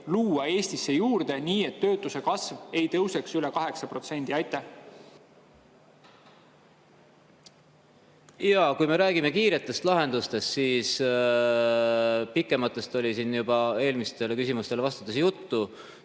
Jaa, kui me räägime kiiretest lahendustest – pikematest oli siin juba eelmistele küsimustele vastates juttu